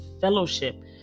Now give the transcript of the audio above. fellowship